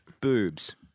Boobs